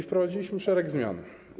Wprowadziliśmy szereg zmian.